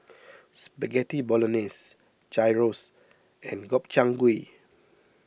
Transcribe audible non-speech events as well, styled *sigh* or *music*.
*noise* Spaghetti Bolognese Gyros and Gobchang Gui